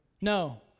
No